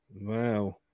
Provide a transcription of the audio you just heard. Wow